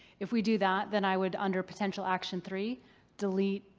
if we do that, then i would under potential action three delete